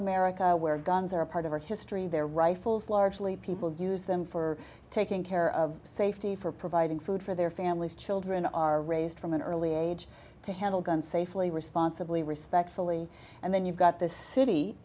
america where guns are a part of our history their rifles largely people use them for taking care of safety for providing food for their families children are raised from an early age to handle guns safely responsibly respectfully and then you've got this city